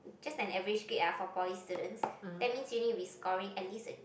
just an average grade ah for poly students that means uni we scoring at least a